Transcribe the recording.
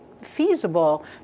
feasible